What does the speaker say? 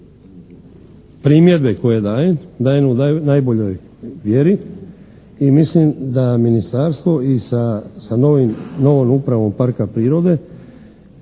primjedbe koje dajem dajem u najboljoj vjeri i mislim da ministarstvo i sa novom upravom parka prirode